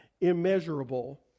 immeasurable